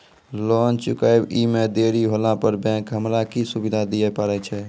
Loan चुकब इ मे देरी होला पर बैंक हमरा की सुविधा दिये पारे छै?